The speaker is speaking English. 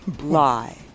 lie